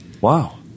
Wow